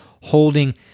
holding